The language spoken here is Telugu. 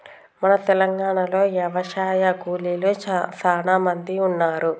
మన తెలంగాణలో యవశాయ కూలీలు సానా మంది ఉన్నారు